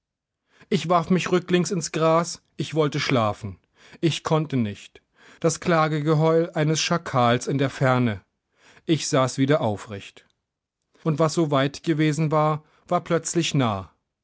ich warf mich rücklings ins gras ich wollte schlafen ich konnte nicht das klagegeheul eines schakals in der ferne ich saß wieder aufrecht und was so weit gewesen war war plötzlich nah